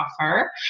offer